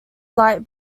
light